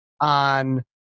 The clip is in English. on